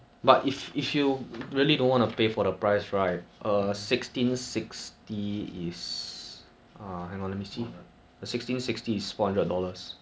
like like most off laners cannot do that just auto just to except for khaleed khaleed will fight the what [one] face [one] and khaleed will ya eating